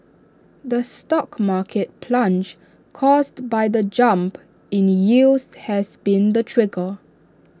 the stock market plunge caused by the jump in yields has been the trigger